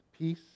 peace